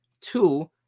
Two